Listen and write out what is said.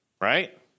right